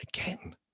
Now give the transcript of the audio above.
Again